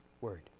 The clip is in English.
word